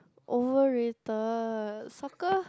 over rated soccer